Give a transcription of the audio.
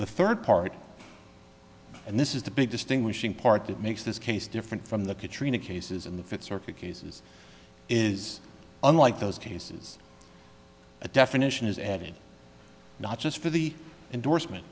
the third part and this is the big distinguishing part that makes this case different from the katrina cases in the fifth circuit cases is unlike those cases a definition is added not just for the endorsement